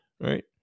right